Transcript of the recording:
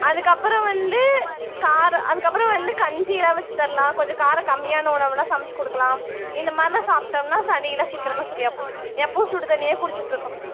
அதுக்கப்புறம் வந்து கார அதுக்கப்புறம் வந்து கஞ்சியெலாம் வெச்சு தரலாம் கொஞ்சம் காரம் கம்மியான உணவுனா சமச்சு கொடுக்கலாம் இந்த மாதிரிலாம் சாப்பிடோம்னா சளியெல்லாம் சீக்கிரமாக சரியாக போயிடும் எப்போவும் சுடு தண்ணியே குடிச்சுட்ருக்கணும்